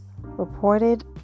reported